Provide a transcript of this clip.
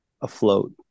afloat